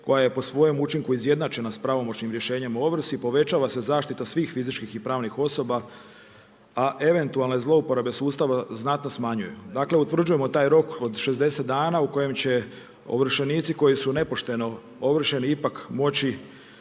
koja je po svojem učinku izjednačenja sa pravomoćnim rješenjem o ovrsi, povećava se zaštita svih fizičkih i pravnih osoba, a eventualne zlouporabe sustava, znatno smanjuju. Dakle, utvrđujemo taj rok od 60 dana u kojem će ovršenici koji su nepošteno ovršeni ipak moći